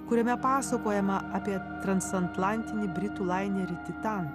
kuriame pasakojama apie transatlantinį britų lainerį titan